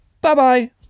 bye-bye